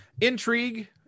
intrigue